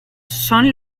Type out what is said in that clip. son